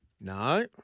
No